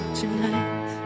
tonight